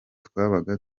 twabaga